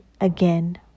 again